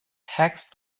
tax